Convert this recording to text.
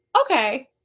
okay